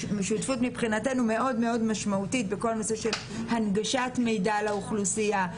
היא שותפות מאוד משמעותית בכל הנושא של הנגשת מידע לאוכלוסייה,